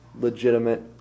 legitimate